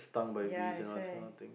ya that's why